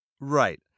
right